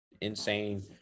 insane